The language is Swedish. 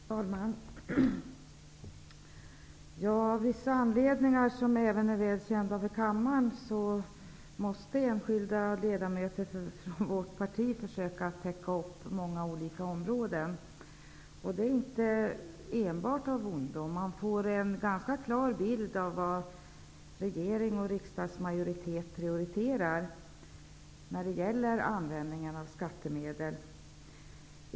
Herr talman! Av vissa anledningar, som även är väl kända för kammaren, måste enskilda ledamöter från vårt parti försöka täcka in många olika områden. Det är inte enbart av ondo. Man får nämligen en ganska klar bild av hur regering och riksdagsmajoritet prioriterar när det gäller användningen av skattemedel.